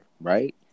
right